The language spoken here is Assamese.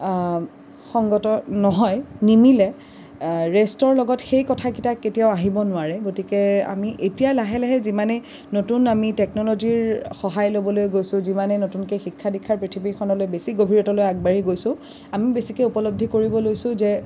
সংগত নহয় নিমিলে ৰেষ্টৰ লগত সেই কথাকেইটা কেতিয়াও আহিব নোৱাৰে গতিকে আমি এতিয়া লাহে লাহে যিমানে নতুন আমি টেকনলজিৰ সহায় ল'বলৈ গৈছোঁ যিমানেই নতুনকৈ শিক্ষা দীক্ষাৰ পৃথিৱীখনলৈ বেছি গভীৰতালৈ আগবাঢ়ি গৈছোঁ আমি বেছিকৈ উপলব্ধি কৰিব লৈছোঁ যে